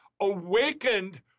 awakened